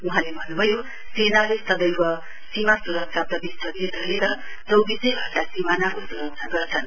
वहाँले भन्नुभयो सेनाले सदैव सीमा सुरक्षाप्रति सचेत रहेर चौविसै घण्टा सीमानाको सुरक्षा गर्छन